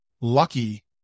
lucky